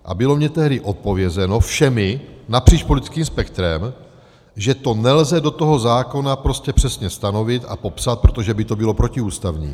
A bylo mi tehdy všemi odpovězeno všemi napříč politických spektrem, že to nelze do toho zákona prostě přesně stanovit a popsat, protože by to bylo protiústavní.